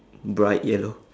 bright yellow